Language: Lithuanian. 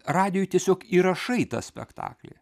radijuj tiesiog įrašai tą spektaklį